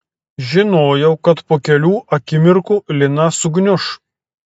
žinojau kad po kelių akimirkų lina sugniuš